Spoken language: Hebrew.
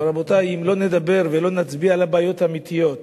רבותי, אם לא נדבר ולא נצביע על הבעיות האמיתיות